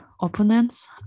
opponents